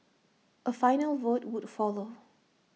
A final vote would follow